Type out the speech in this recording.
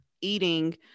eating